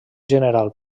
general